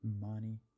money